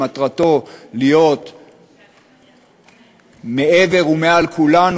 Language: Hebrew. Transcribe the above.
שמטרתו להיות מעבר ומעל כולנו,